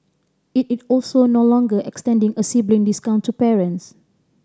it is also no longer extending a sibling discount to parents